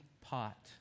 pot